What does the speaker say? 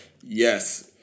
Yes